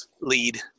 lead